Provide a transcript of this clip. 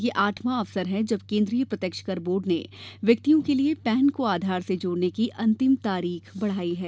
यह आठवां अवसर है जब केन्द्रीय प्रत्यक्ष कर बोर्ड ने व्यक्तियों के लिए पैन को आधार से जोड़ने की अंतिम तारीख बढ़ाई है